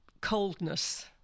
coldness